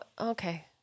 okay